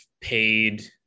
paid